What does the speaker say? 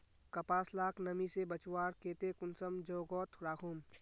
कपास लाक नमी से बचवार केते कुंसम जोगोत राखुम?